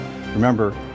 Remember